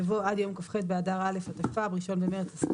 יבוא "עד יום כ"ח באדר א' התשפ"ב (1 במרץ 2022)"